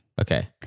Okay